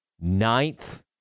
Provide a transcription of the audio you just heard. ninth